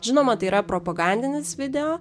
žinoma tai yra propagandinis video